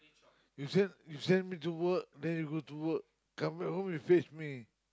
you send you send me to work then you go to work come back home you fetch me